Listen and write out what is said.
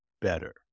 better